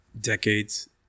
decades